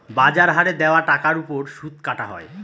বাজার হারে দেওয়া টাকার ওপর সুদ কাটা হয়